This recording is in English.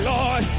Lord